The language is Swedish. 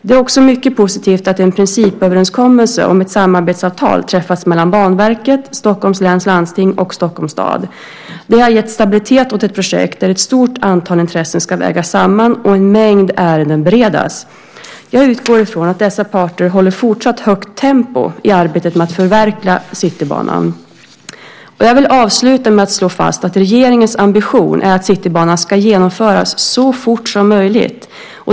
Det är också mycket positivt att en principöverenskommelse och ett samarbetsavtal träffats mellan Banverket, Stockholms läns landsting och Stockholms stad. Det har gett stabilitet åt ett projekt där ett stort antal intressen ska vägas samman och en mängd ärenden beredas. Jag utgår ifrån att dessa parter håller fortsatt högt tempo i arbetet med att förverkliga Citybanan. Jag vill avsluta med att slå fast att regeringens ambition är att Citybanan ska genomföras så fort som möjligt.